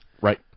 Right